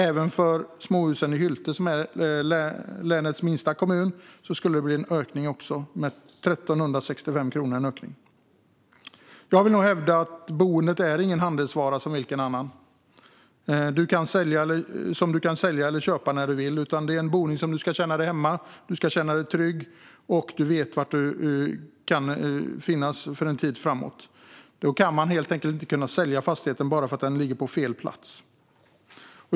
Även för småhusen i Hylte, som är länets minsta kommun, skulle det bli en ökning - med 1 365 kronor. Jag vill nog hävda att boendet inte är någon handelsvara som vilken annan som du kan sälja eller köpa när du vill. Det är din boning där du känner dig hemma och trygg och där du vet att du kan finnas för en tid framåt. Då kan man helt enkelt inte sälja fastigheten bara för att den ligger på fel plats.